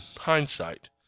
hindsight